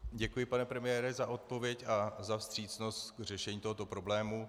Děkuji, pane premiére, za odpověď a za vstřícnost k řešení tohoto problému.